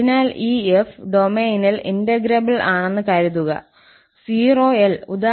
അതിനാൽ ഈ 𝑓 ഡൊമെയ്നിൽ ഇന്റഗ്രേബ്ൾ ആണെന്ന് കരുതുക 0 𝐿